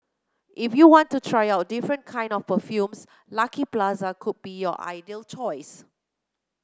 if you want to try out different kind of perfumes Lucky Plaza could be your ideal choice